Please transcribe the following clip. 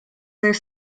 there